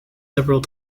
several